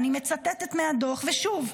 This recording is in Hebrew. אני מצטטת מהדוח, ושוב,